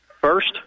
first